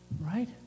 Right